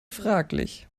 fraglich